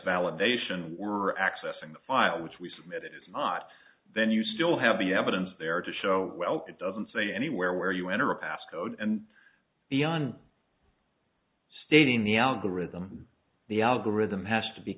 validation we're accessing the file which we submitted is not then you still have the evidence there to show well it doesn't say anywhere where you enter a pass code and beyond stating the algorithm the algorithm has to be